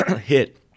hit